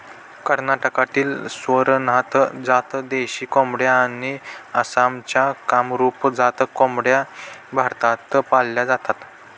कर्नाटकातील स्वरनाथ जात देशी कोंबड्या आणि आसामच्या कामरूप जात कोंबड्या भारतात पाळल्या जातात